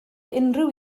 unrhyw